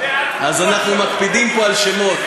אז אנחנו מקפידים פה על שמות.